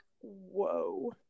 whoa